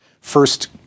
first